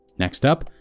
next up?